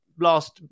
last